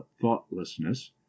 thoughtlessness